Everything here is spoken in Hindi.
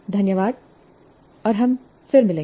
धन्यवाद और हम फिर मिलेंगे